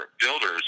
builders